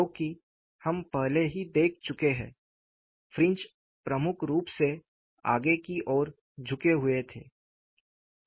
क्योंकि हम पहले ही देख चुके हैं फ्रिंज प्रमुख रूप से आगे की ओर झुके हुए होते हैं